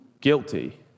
guilty